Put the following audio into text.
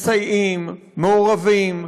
מסייעים, מעורבים,